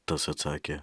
tas atsakė